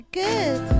good